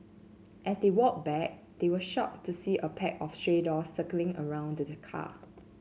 as they walked back they were shocked to see a pack of stray dogs circling around the car